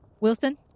Wilson